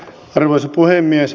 arvoisa puhemies